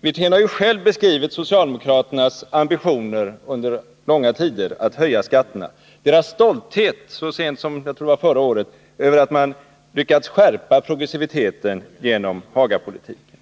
Wirtén har ju själv beskrivit socialdemokraternas ambitioner under långa tider att höja skatterna, deras stolthet så sent som förra året — tror jag det var — över att man lyckats skärpa progressiviteten genom Hagapolitiken.